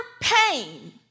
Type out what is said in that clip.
pain